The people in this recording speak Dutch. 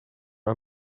aan